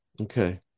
Okay